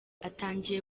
atangiye